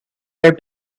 their